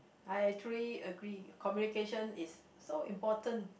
I actually agree communication is so important